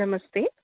नमस्ते